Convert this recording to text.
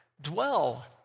dwell